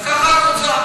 אז ככה התוצאה.